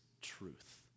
truth